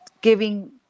giving